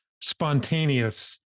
spontaneous